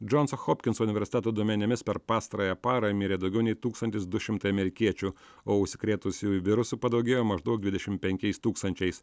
džonso hopkinso universiteto duomenimis per pastarąją parą mirė daugiau nei tūkstantis du šimtai amerikiečių o užsikrėtusiųjų virusu padaugėjo maždaug dvidešim penkiais tūkstančiais